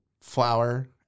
flour